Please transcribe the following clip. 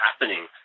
happening